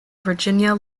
virginia